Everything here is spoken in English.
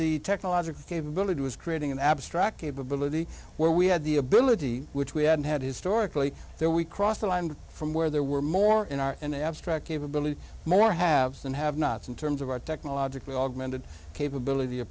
the technological capability was creating an abstract capability where we had the ability which we had had historically there we crossed the line from where there were more in r and abstract capability more haves and have nots in terms of our technological augmented capability of